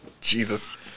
Jesus